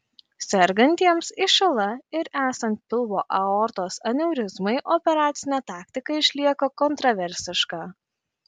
sergantiems išl ir esant pilvo aortos aneurizmai operacinė taktika išlieka kontraversiška